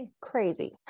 crazy